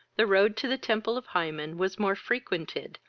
the road to the temple of hymen was more frequented,